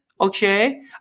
Okay